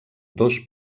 dos